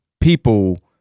people